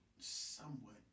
Somewhat